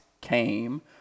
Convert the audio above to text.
came